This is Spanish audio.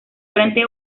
frente